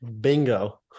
Bingo